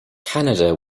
canada